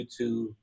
YouTube